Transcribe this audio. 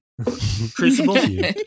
Crucible